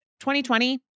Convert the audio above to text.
2020